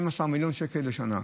12 מיליון שקלים בשנה.